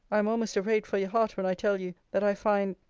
i am almost afraid for your heart, when i tell you, that i find,